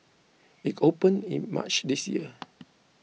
it opened in March this year